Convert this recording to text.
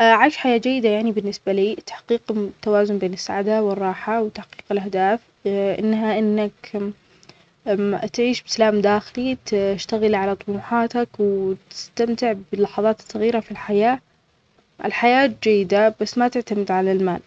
أ-أعيش حياة جيدة يعنى بالنسبة لي تحقيق توازن بين السعادة والراحة وتحقيق الأهداف، أنها-أنك تعيش بسلام داخلى تشتغل على طموحاتك وتستمتع باللحظات الصغيرة في الحياة، الحياة جيدة بس ما تعتمد على المال